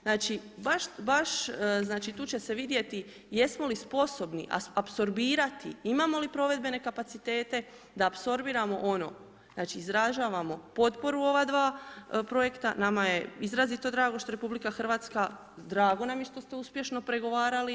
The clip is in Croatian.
Znači, baš, znači tu će se vidjeti jesmo li sposobni apsorbirati, imamo li provedbene kapacitete da apsorbiramo ono znači, izražavamo potporu ova dva projekta, nama je izrazito drago što RH, draga nam je što ste uspješno pregovarali.